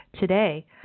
today